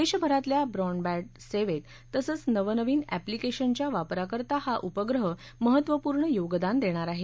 देशभरातल्या ब्रॉडबॅंड सेवेत तसंच नवनवीन अस्त्रीकेशनच्या वापराकरता हा उपग्रह महत्त्वपूर्ण योगदान देणार आहे